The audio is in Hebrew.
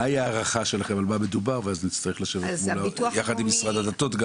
עם נתונים אלו נוכל להתקדם לדיון מול משרדי האוצר והדתות.